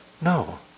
No